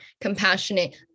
compassionate